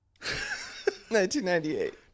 1998